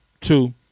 Two